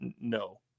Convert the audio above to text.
No